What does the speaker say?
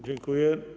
Dziękuję.